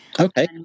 Okay